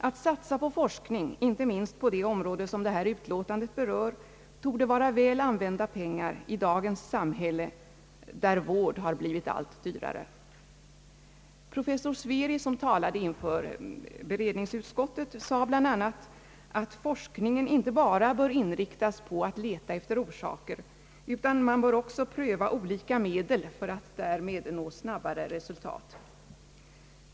Att satsa på forskning inte minst på det område, som detta utlåtande berör, torde vara väl använda pengar i dagens samhälle där vård har blivit allt dyrare. Professor Sveri, som talat inför beredningsutskottet, nämnde därvid bland annat att forskningen inte bara bör inriktas på att leta efter orsaker utan också bör pröva olika medel för att därmed nå snabbare resultat.